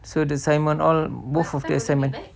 so the assignment all both of the assignment